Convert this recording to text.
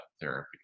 therapy